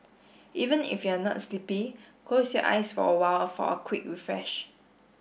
even if you are not sleepy close your eyes for a while for a quick refresh